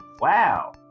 Wow